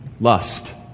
lust